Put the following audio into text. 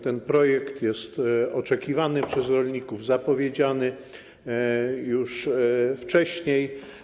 Ten projekt, który jest oczekiwany przez rolników, był zapowiedziany już wcześniej.